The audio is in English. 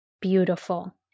beautiful